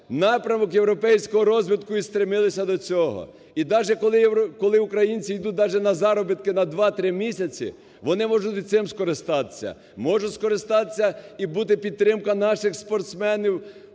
напрямок європейського розвитку і стремилися до цього. І даже коли українці ідуть даже на заробітки на 2-3 місяці, вони можуть цим скористатися. Можуть скористатися і буде підтримка наших спортсменів,